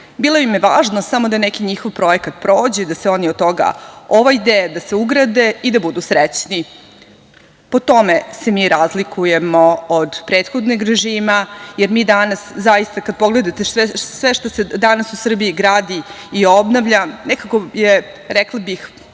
Bilo im je važno samo da neki njihov projekat prođe, da se oni od toga ovajde, da se ugrade i da budu srećni. Po tome se mi razlikujemo od prethodnog režima, jer danas kada pogledate sve što se gradi i obnavlja, rekla bih,